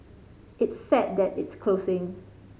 it's sad that it's closing